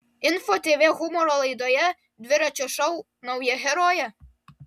info tv humoro laidoje dviračio šou nauja herojė